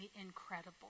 incredible